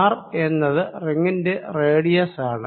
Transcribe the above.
R എന്നത് റിങ്ങിന്റെ radius ആണ്